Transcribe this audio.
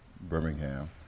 Birmingham